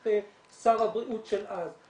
את שר הבריאות של אז.